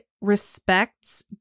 respects